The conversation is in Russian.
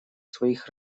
своих